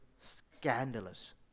scandalous